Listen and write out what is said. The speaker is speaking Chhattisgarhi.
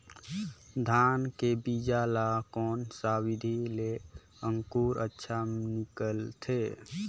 धान के बीजा ला कोन सा विधि ले अंकुर अच्छा निकलथे?